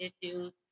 issues